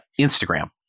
Instagram